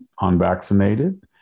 unvaccinated